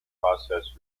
process